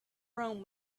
rome